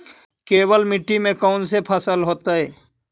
केवल मिट्टी में कौन से फसल होतै?